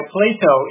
Plato